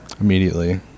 Immediately